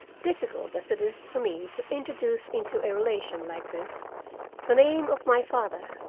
difficult as it is for me to introduce into a relation like this the name of my father,